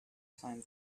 time